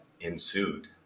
ensued